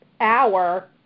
hour